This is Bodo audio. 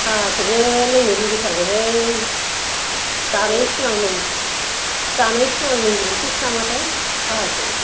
साहाखौबो लोंनो लुगैथारबायहाय जानायनि सिगां लों जानायनि सिगां लोंग्रोनसैसो नामाथाय साहाखौ